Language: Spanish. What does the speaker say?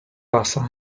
basada